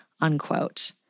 unquote